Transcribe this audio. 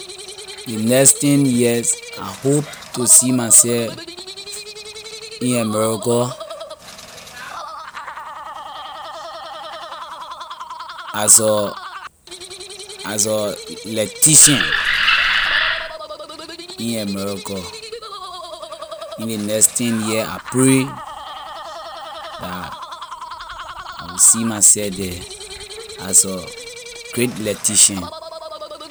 Ley next ten years I hope to see myself in america as a as a electrician in america in ley next ten year I pray dah I will see myself the as a great electrician.